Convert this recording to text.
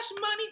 money